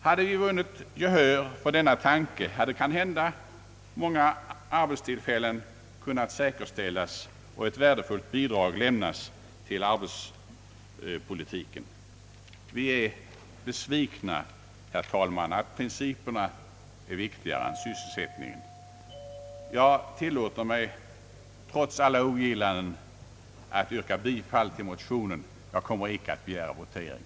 Hade vi vunnit gehör för denna tanke, hade kanhända många arbetstillfällen kunnat säkerställas och ett värdefullt bidrag lämnas till arbetsmarknadspolitiken. Vi är besvikna, herr talman, att principerna är viktigare än sysselsättningen. Jag tillåter mig trots alla ogillanden att yrka bifall till motionerna. Jag kommer inte att begära votering.